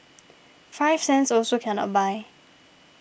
five cents also cannot buy